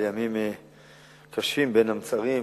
אלה ימים קשים, בין המצרים.